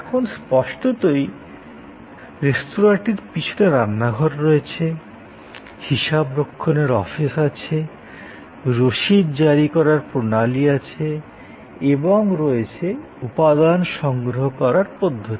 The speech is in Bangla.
এখন স্পষ্টতই রেস্তোঁরাটির পিছনে রান্নাঘর রয়েছে হিসাবরক্ষণের অফিস আছে রশিদ জারি করার প্রণালী রয়েছে এবং রয়েছে উপাদান সংগ্রহ করার পদ্ধতি